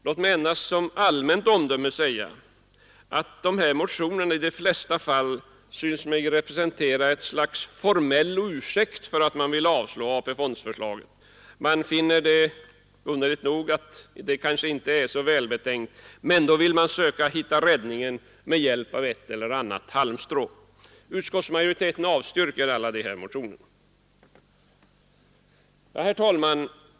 Låt mig endast som allmänt omdöme säga att dessa motioner i de flesta fall syns mig representera ett slags formell ursäkt för att man vill avslå AP-fondförslaget. Man finner, underligt nog, att detta inte är så välbetänkt och vill finna räddningen med hjälp av ett eller annat halmstrå. Utskottsmajoriteten avstyrker alla dessa motioner. Herr talman!